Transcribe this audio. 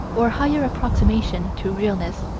or higher approximation to realness,